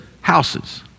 houses